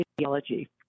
ideology